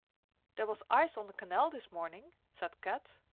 there was ice on the canal this morning, said kat.